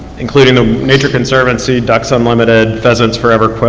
including the major conservative the ducks unlimited presence forever,